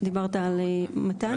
דיברת על מתן?